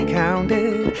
counted